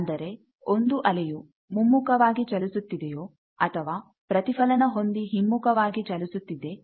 ಅಂದರೆ ಒಂದು ಅಲೆಯು ಮುಮ್ಮುಖ ವಾಗಿ ಚಲಿಸುತ್ತಿದೆಯೋ ಅಥವಾ ಪ್ರತಿಫಲನ ಹೊಂದಿ ಹಿಮ್ಮುಖವಾಗಿ ಚಲಿಸುತ್ತಿದೆ ಎಂದು